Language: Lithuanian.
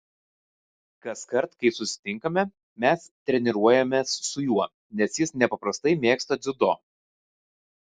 kaskart kai susitinkame mes treniruojamės su juo nes jis nepaprastai mėgsta dziudo